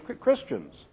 Christians